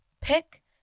Pick